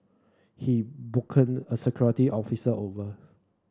he a security officer over